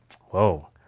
Whoa